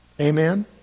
Amen